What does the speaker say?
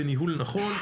בניהול נכון,